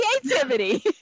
creativity